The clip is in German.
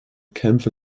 kämpfe